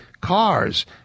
cars